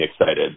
excited